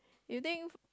you think